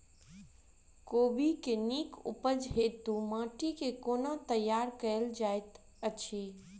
कोबी केँ नीक उपज हेतु माटि केँ कोना तैयार कएल जाइत अछि?